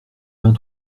vingt